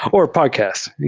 or podcasts.